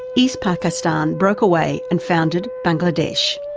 east pakistan broke away and founded bangladesh.